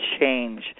change